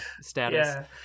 status